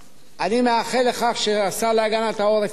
אני מאחל לכך שהשר להגנת העורף יצליח.